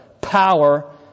power